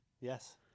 Yes